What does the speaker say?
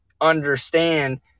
understand